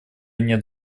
нет